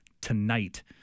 tonight